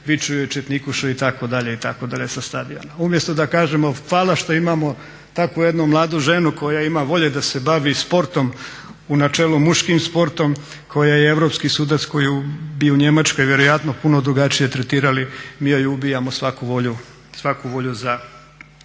viču joj četnikušo, itd., itd. sa stadiona. Umjesto da kažemo hvala što imamo takvu jednu mladu ženu koja ima volje da se bavi sportom u načelu muškim sportom, koja je europski sudac, koju bi u Njemačkoj vjerojatno puno drugačije tretirali, mi joj ubijamo svaku volju,